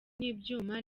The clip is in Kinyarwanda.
n’ibyuma